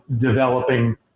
developing